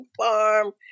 farm